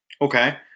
Okay